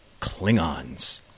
Klingons